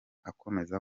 akomeza